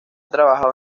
trabajado